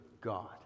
god